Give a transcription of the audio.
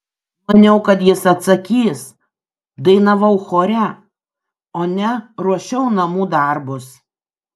maniau kad jis atsakys dainavau chore o ne ruošiau namų darbus